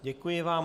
Děkuji vám.